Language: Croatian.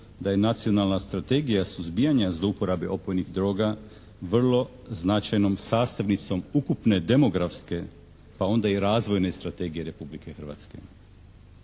da je nacionalna strategija suzbijanja zlouporabe opojnih droga vrlo značajnom sastavnicom ukupne demografske, pa onda i razvojne strategije Republike Hrvatske.